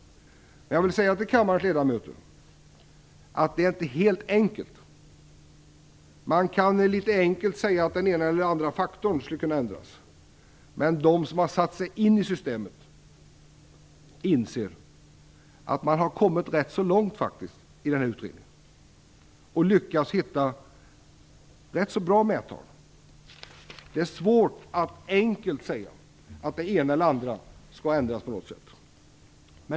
Jag vill säga till kammarens ledamöter att det inte är helt enkelt. Man kan litet enkelt säga att den ena eller den andra faktorn skulle kunna ändras, men de som satt sig in i systemet inser att man har kommit rätt långt i utredningen och lyckats hitta rätt så bra medeltal. Det är svårt att enkelt säga att det ena eller det andra skall ändras på något sätt.